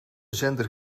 zender